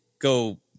go